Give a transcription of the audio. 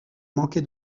manqué